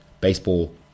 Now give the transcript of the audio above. Baseball